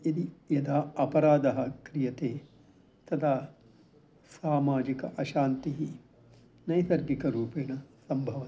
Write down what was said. यदि यदा अपराधः क्रियते तदा सामाजिकी अशान्तिः नैसर्गिकरूपेण सम्भवति